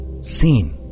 Seen